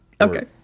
Okay